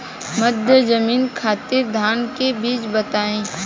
मध्य जमीन खातिर धान के बीज बताई?